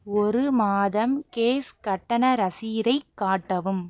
ஒரு மாதம் கேஸ் கட்டண ரசீதைக் காட்டவும்